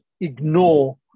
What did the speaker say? ignore